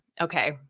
okay